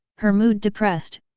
her mood depressed,